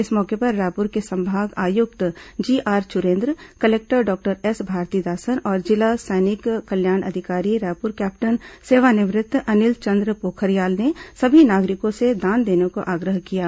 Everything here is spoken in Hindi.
इस मौके पर रायपुर के संभाग आयुक्त G R Churendra collector doctor S Bharathidasan और जिला सैनिक कल्याण अधिकारी रायपुर कैप्टन सेवानिवृत्त अनिल चेंद्र पोखरियाल ने सभी नागरिकों से दान देने का आग्रह किया है